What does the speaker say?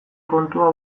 kontua